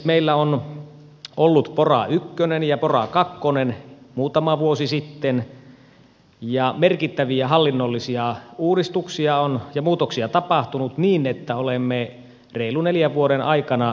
meillä on ollut pora ykkönen ja pora kakkonen muutama vuosi sitten ja merkittäviä hallinnollisia uudistuksia ja muutoksia on tapahtunut niin että olemme reilun neljän vuoden aikana